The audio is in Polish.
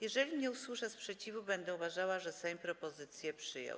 Jeżeli nie usłyszę sprzeciwu, będę uważała, że Sejm propozycje przyjął.